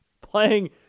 playing